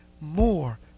more